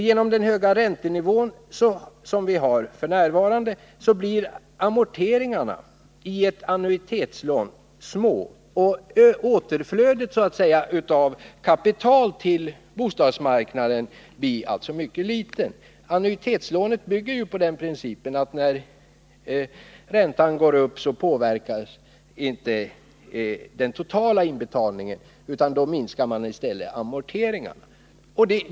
Genom den höga räntenivå som vi har f. n. blir amorteringarna i ett annuitetslån små och återflödet av kapital till marknaden följaktligen litet. Annuitetslån bygger ju på den principen att när räntan går upp påverkas inte den totala inbetalningen, utan då minskas i stället amorteringarna.